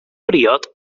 briod